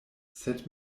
sed